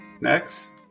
Next